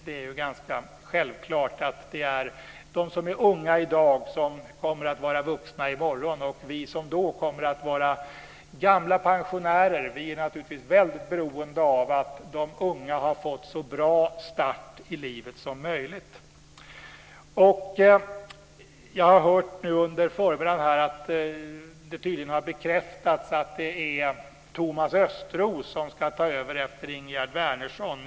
Det är ju ganska självklart att det är de som är unga i dag som kommer att vara vuxna i morgon, och vi som då kommer att vara gamla pensionärer är naturligtvis väldigt beroende av att de unga har fått så bra start i livet som möjligt. Jag har hört under förmiddagen att det tydligen har bekräftats att det är Thomas Östros som ska ta över efter Ingegerd Wärnersson.